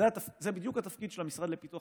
זה היה זה בדיוק התפקיד של המשרד לפיתוח